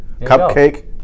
Cupcake